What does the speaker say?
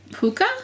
puka